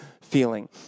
feeling